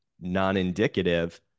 non-indicative